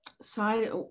side